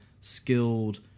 skilled